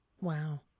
Wow